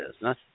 business